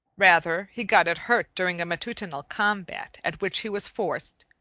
rather he got it hurt during a matutinal combat at which he was forced,